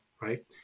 right